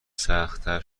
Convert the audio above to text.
سختتر